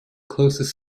closest